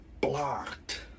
Blocked